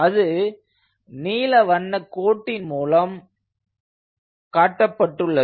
அது நீல வண்ணக் கோட்டின் மூலம் காட்டப்பட்டுள்ளது